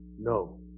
no